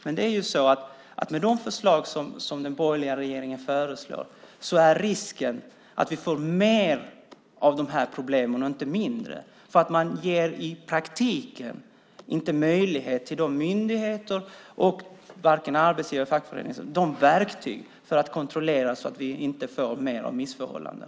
Men med den borgerliga regeringens förslag är risken att vi får mer av de här problemen, inte mindre. Man ger i praktiken inte myndigheter, arbetsgivare eller fackföreningar verktyg för att kontrollera att vi inte får mer av missförhållanden.